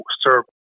serve